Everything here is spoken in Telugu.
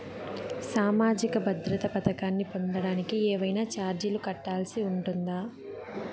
సామాజిక భద్రత పథకాన్ని పొందడానికి ఏవైనా చార్జీలు కట్టాల్సి ఉంటుందా?